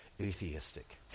atheistic